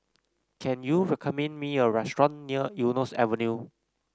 can you recommend me a restaurant near Eunos Avenue